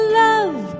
love